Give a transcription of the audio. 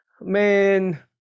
man